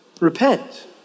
Repent